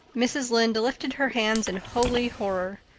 mrs. lynde lifted her hands in holy horror.